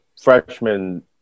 freshman